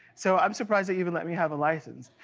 so i'm surprised they even let me have a license.